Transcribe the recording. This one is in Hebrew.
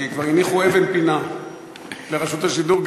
כי כבר הניחו אבן פינה לרשות השידור,